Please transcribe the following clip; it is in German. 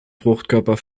fruchtkörper